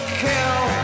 kill